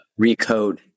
recode